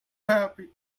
happy